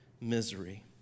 misery